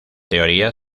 teoría